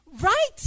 Right